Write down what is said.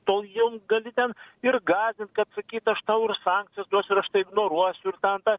tol jom gali ten ir gąsdint kad sakyt aš tau ir sankcijas duosiu ir aš tai ignoruosiu ir ten tą